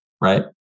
Right